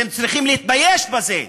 אתם צריכים להתבייש בזה.